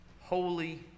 Holy